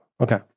okay